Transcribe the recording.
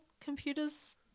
computers